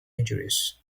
injuries